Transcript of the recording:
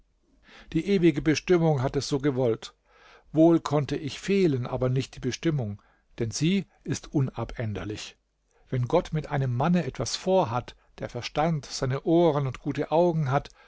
die ewige bestimmung hat es so gewollt wohl konnte ich fehlen aber nicht die bestimmung denn sie ist unabänderlich wenn gott mit einem mann etwas vorhat der verstand seine ohren und gute augen hat